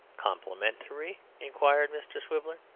complimentary? inquired mr. swiveller.